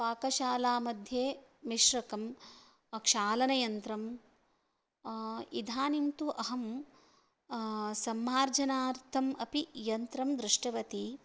पाकशालामध्ये मिश्रकं क्षालनयन्त्रम् इदानीं तु अहं सम्मार्जनार्थम् अपि यन्त्रं दृष्टवती